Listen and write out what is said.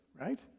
right